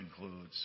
concludes